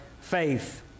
faith